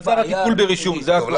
יתבצע טיפול ברישום, זה הכל.